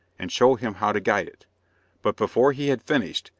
and show him how to guide it but, before he had finished,